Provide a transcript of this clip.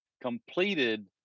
completed